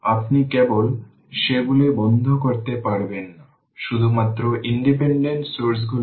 সুতরাং আমরা যতটা সম্ভব সমস্যাগুলির আগে অন্তর্ভুক্ত করার চেষ্টা করেছি এবং বোঝার চেষ্টা করেছি